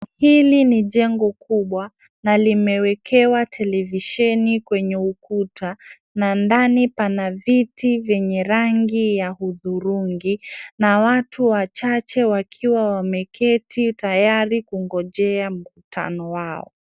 Hili ni jengo kubwa, na limewekewa televisheni kwenye ukuta, na ndani pana viti yenye rangi ya hudhurungi, na watu wachache wakiwa wameketi tayari kungojea mkutano wao.